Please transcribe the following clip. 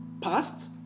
past